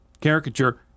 caricature